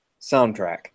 soundtrack